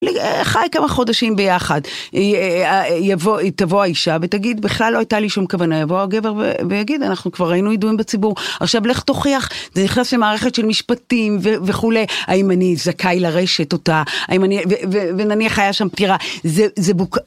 חי כמה חודשים ביחד, תבוא האישה ותגיד בכלל לא הייתה לי שום כוונה, יבוא הגבר ויגיד, אנחנו כבר היינו ידועים בציבור, עכשיו לך תוכיח, זה נכנס למערכת של משפטים וכולי, האם אני זכאי לרשת אותה, ונניח היה שם פטירה, זה זה בו...